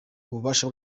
ububasha